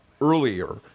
earlier